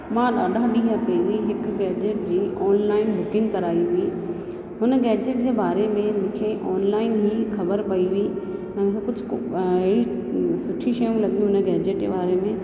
मां ॾाढा ॾींहं पहिरीं हिकु गेजेट जी ऑनलाइन बुकींग कराई हुई हुन गेजेट जे बारे में मूंखे ऑनलाइन ई ख़बरु पई हुई कुझु अहिड़ियूं सुठी शयूं लॻियूं उन गेजेट जे बारे में